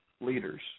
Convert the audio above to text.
leaders